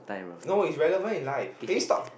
no is relevant in life can you stop